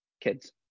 kids